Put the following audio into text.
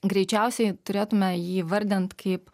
greičiausiai turėtume jį įvardint kaip